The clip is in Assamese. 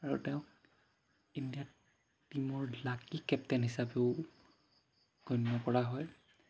আৰু তেওঁক ইণ্ডিয়াত টীমৰ লাকি কেপ্টেইন হিচাপেও গণ্য কৰা হয়